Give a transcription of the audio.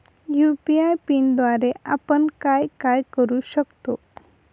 UPI पिनद्वारे आपण काय काय करु शकतो?